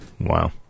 Wow